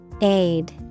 Aid